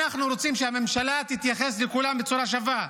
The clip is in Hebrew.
אנחנו רוצים שהממשלה תתייחס לכולם בצורה שווה,